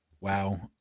wow